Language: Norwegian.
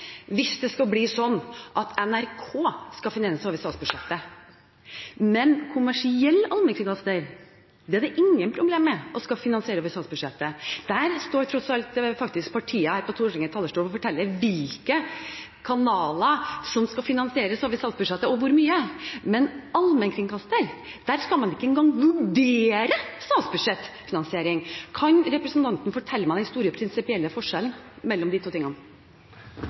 hvis det skal bli slik at NRK skal finansieres over statsbudsjettet, men kommersiell allmennkringkaster er det ingen problemer med å skulle finansieres over statsbudsjettet. Der står tross alt faktisk partiene her på Stortingets talerstol og forteller hvilke kanaler som skal finansieres over statsbudsjettet – og hvor mye – men når det gjelder allmenkringkaster, skal man ikke engang vurdere statsbudsjettfinansiering. Kan representanten fortelle meg den store prinsipielle forskjellen mellom de to tingene?